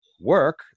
work